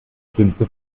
schlimmste